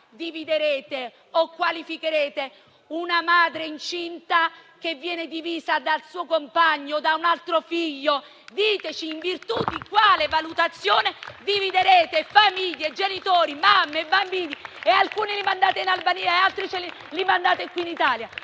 dividerete o qualificherete una madre incinta che viene divisa dal suo compagno o da un altro figlio? Diteci in virtù di quale valutazione dividerete famiglie, genitori, mamme, bambini; alcuni li manderete in Albania e altri li manderete qui in Italia,